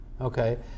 Okay